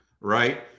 right